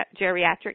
geriatric